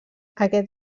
aquest